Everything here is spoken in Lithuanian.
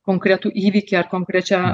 konkretų įvykį ar konkrečią